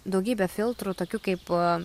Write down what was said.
daugybę filtrų tokių kaip